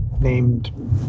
named